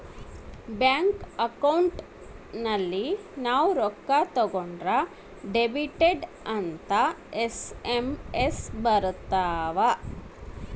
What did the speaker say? bank account ಅಲ್ಲಿ ನಾವ್ ರೊಕ್ಕ ತಕ್ಕೊಂದ್ರ ಡೆಬಿಟೆಡ್ ಅಂತ ಎಸ್.ಎಮ್.ಎಸ್ ಬರತವ